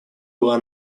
была